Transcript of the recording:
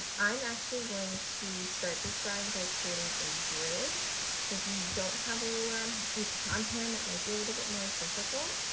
i'm actually going to start this drawing by creating a grid so if you don't have a ruler and and on hand that might be a little bit more difficult.